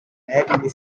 native